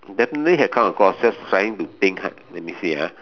definitely have come across just trying to think hard let me see ah